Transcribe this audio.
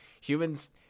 humans